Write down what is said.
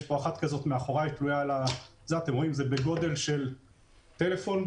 אתם רואים מאחוריי מכשיר בערך בגודל של טלפון,